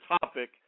topic